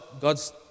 God's